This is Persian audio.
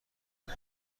بود